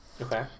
Okay